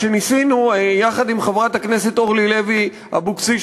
כשניסינו עם חברת הכנסת אורלי לוי אבקסיס,